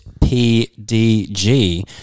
P-D-G